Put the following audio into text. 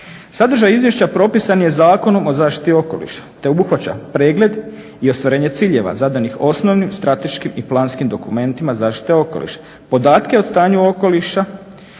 Sadržaj izvješća propisan je Zakonom o zaštiti okoliša te obuhvaća pregled i ostvarenje ciljeva zadanih osnovnim strateškim i planskim dokumentima zaštite okoliša, podatke o stanju okoliša